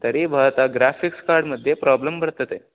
तर्हि भवता graphics card मध्ये प्रोब्लं वर्तते